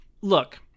Look